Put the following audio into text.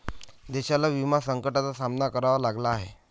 देशाला विमा संकटाचा सामना करावा लागला आहे